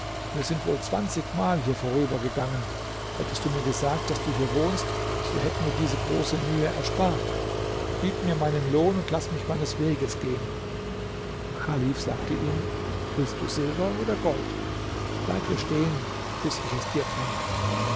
wir sind wohl zwanzigmal hier vorübergegangen hättest du mir gesagt daß du hier wohnst so hätten wir diese große mühe erspart gib mir meinen lohn und laß mich meines weges gehen chalif sagte ihm willst du silber oder gold bleib hier stehen bis ich dir es bringe